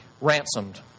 Ransomed